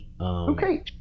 Okay